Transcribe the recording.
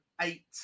eight